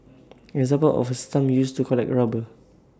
an example of A stump used to collect rubber